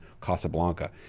Casablanca